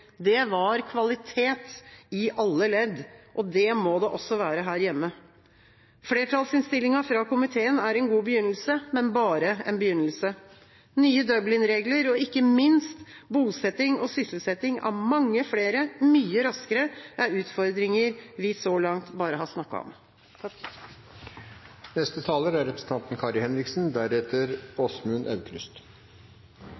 Det var kvalitet i alle ledd. Det må det også være her hjemme. Flertallsinnstillinga fra komiteen er en god begynnelse, men bare en begynnelse. Nye Dublin-regler og ikke minst bosetting og sysselsetting av mange flere, mye raskere, er utfordringer vi så langt bare har snakket om.